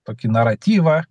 tokį naratyvą